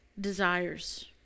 desires